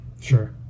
Sure